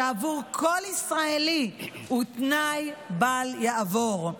שעבור כל ישראלי הוא תנאי בל יעבור.